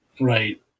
right